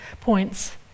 points